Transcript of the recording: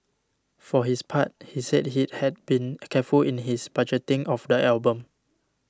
for his part he said he had been a careful in his budgeting of the album